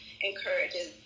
encourages